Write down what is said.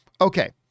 Okay